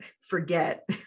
forget